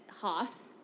Hoth